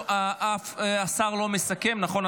השר לא מסכם, נכון?